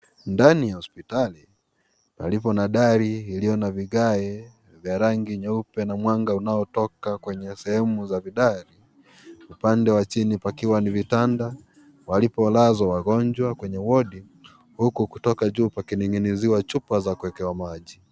Ndani ya hospitali karibu na dari ilio na vigae vya rangi nyeupe na mwanga unaotoka kwenye sehemu za vigae upande wa chini pakiwa ni vitanda walipolazwa wagonjwa kwenye wodi huku kutoka juu wakinigiziwa chupa za kuekewa maji.